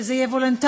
שזה יהיה וולונטרי,